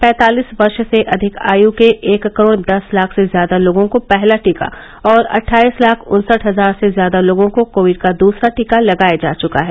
पैंतालीस वर्ष से अधिक आयु के एक करोड़ दस लाख से ज्यादा लोगों को पहला टीका और अट्ठाईस लाख उन्सठ हजार से ज्यादा लोगों को कोविड का दूसरा टीका लगाया जा चुका है